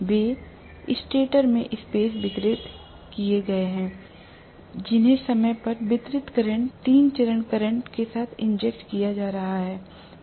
वे stator में space वितरित किए गए हैं जिन्हें समय पर वितरित करंट तीन चरण करंट के साथ इंजेक्ट किया जा रहा है